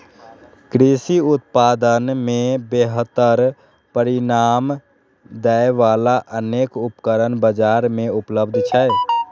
कृषि उत्पादन मे बेहतर परिणाम दै बला अनेक उपकरण बाजार मे उपलब्ध छै